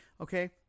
Okay